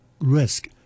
risk